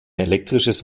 elektrisches